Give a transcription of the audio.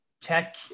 tech